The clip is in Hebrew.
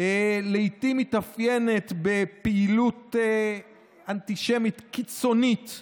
לעיתים מתאפיינת בפעילות אנטישמית קיצונית,